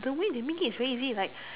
the way they make it is very easy like